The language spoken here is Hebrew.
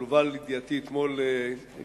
אבל הובאה לידיעתי אתמול כתבה,